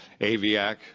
AVIAC